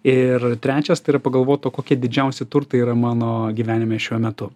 ir trečias tai yra pagalvot kokie didžiausi turtai yra mano gyvenime šiuo metu